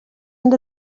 end